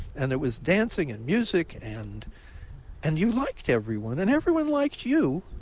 and there was dancing and music. and and you liked everyone, and everyone liked you.